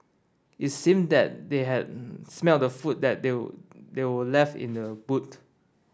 it seemed that they had smelt the food that were were left in the boot